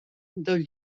del